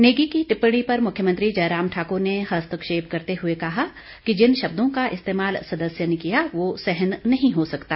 नेगी की टिप्पणी पर मुख्यमंत्री जयराम ठाकुर ने हस्तक्षेप करते हुए कहा कि जिन शब्दों का इस्तेमाल सदस्य ने किया वह सहन नहीं हो सकता